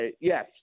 Yes